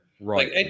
right